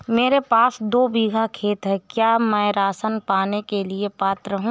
मेरे पास दो बीघा खेत है क्या मैं राशन पाने के लिए पात्र हूँ?